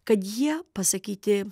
kad jie pasakyti